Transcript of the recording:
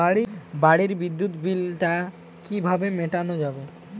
বাড়ির বিদ্যুৎ বিল টা কিভাবে মেটানো যাবে?